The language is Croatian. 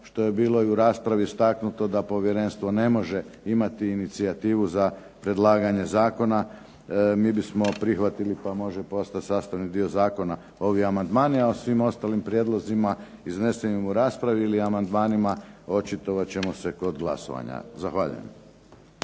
što je bilo i u raspravi istaknuto da Povjerenstvo ne može imati inicijativu za predlaganje zakona. Mi bismo prihvatili, pa može postati sastavni dio zakona ovi amandmani, a o svim ostalim prijedlozima iznesenim u raspravi ili amandmanima očitovat ćemo se kod glasovanja. Zahvaljujem.